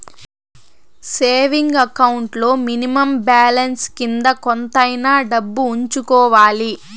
saving account లో minimum balance కింద కొంతైనా డబ్బు ఉంచుకోవాలి